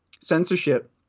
censorship